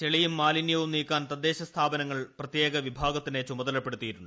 ചെളിയും മാലിനൃവും നീക്കാൻ തദ്ദേശസ്ഥാപനങ്ങൾ പ്രത്യേക വിഭാഗത്തിനെ ചുമതലപ്പെടുത്തിയിട്ടുണ്ട്